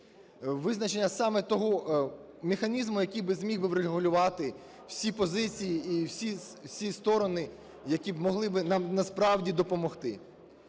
визначення саме того механізму, який зміг би врегулювати всі позиції і всі сторони, які б могли нам насправді допомогти.